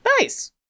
Nice